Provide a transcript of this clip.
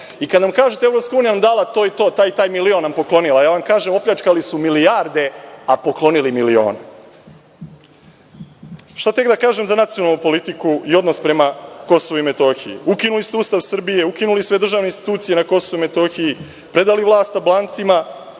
Kada nam kažete – EU nam dala to i to, taj i taj milion nam poklonila; a ja vam kažem – opljačkali su milijarde a poklonili milione. Šta tek da kažem za nacionalnu politiku i odnos prema Kosovu i Metohiji? Ukinuli ste Ustav Srbije, ukinuli sve državne institucije na Kosovu i Metohiji, predali vlast Albancima,